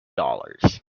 dollars